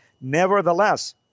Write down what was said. Nevertheless